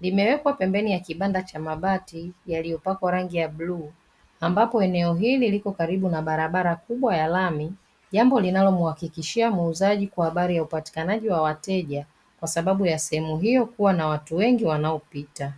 Limewekwa pembeni ya kibanda cha mabati yaliyopakwa rangi ya bluu, ambapo eneo hili liko karibu na barabara kubwa ya lami, jambo linalomuhakikishia muuzaji kwa habari ya upatikanaji wa wateja kwa sababu ya sehemu hiyo kuwa na watu wengi wanaopita.